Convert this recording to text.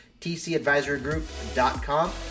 tcadvisorygroup.com